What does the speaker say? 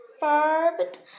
barbed